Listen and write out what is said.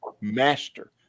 master